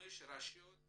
חמש רשויות